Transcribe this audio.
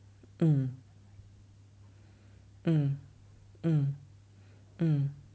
mm mm mm mm